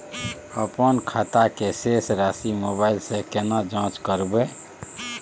अपन खाता के शेस राशि मोबाइल से केना जाँच करबै?